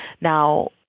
Now